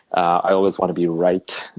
i always want to be right.